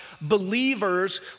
believers